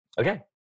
Okay